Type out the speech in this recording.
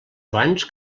abans